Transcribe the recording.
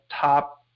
top